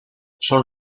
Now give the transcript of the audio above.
son